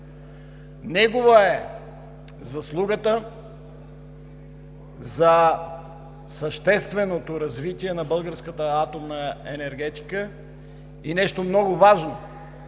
Негова е заслугата за същественото развитие на българската атомна енергетика, и нещо много важно